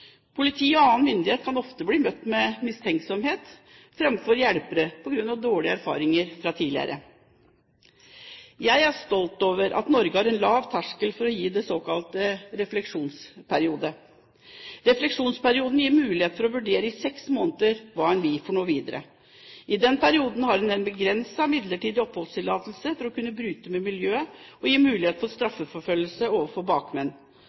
og annen myndighet kan ofte bli møtt med mistenksomhet framfor å bli sett på som hjelpere, på grunn av dårlige erfaringer fra tidligere. Jeg er stolt over at Norge har en lav terskel for å gi en såkalt refleksjonsperiode. Refleksjonsperioden gir mulighet for å vurdere i seks måneder hva en vil for noe videre. I den perioden har man en begrenset midlertidig oppholdstillatelse for å kunne bryte med miljøet og gi mulighet for straffeforfølgelse overfor bakmenn.